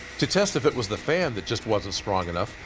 to test if it was the fan that just wasn't strong enough,